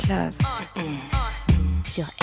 Love